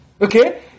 Okay